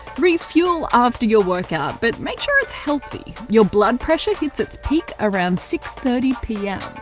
refuel after your workout, but make sure it's healthy. your blood pressure hits its peak around six thirty pm.